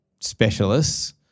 specialists